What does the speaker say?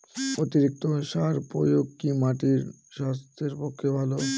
অতিরিক্ত সার প্রয়োগ কি মাটির স্বাস্থ্যের পক্ষে ভালো?